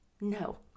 no